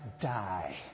die